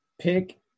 pick